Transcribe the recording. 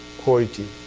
quality